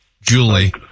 Julie